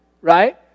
right